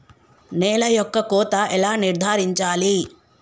నేల యొక్క కోత ఎలా నిర్ధారించాలి?